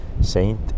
Saint